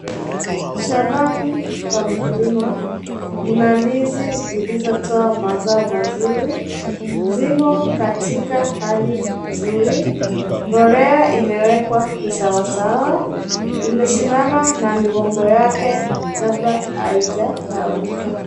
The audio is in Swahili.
Shambani pa mkulima mna ndizi zilizotoa mazao mazuri. Zimo katika Hali mzuri, mbolea imewekwa kisawasawa. Imesimama na migomba yake kabla haija kauka.